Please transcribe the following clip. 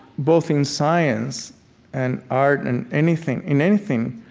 both in science and art and anything in anything,